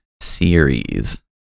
series